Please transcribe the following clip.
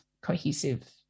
cohesive